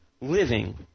living